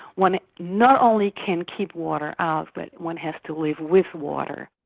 one not only can keep water out, but one has to live with water.